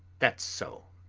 that's so.